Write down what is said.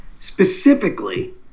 specifically